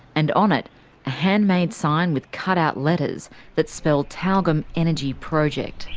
and on it a handmade sign with cut-out letters that spell tyalgum energy project.